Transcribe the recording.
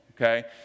okay